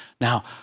Now